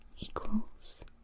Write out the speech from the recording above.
equals